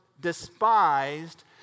despised